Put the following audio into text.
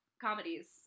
comedies